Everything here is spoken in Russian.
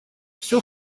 все